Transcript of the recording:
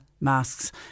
masks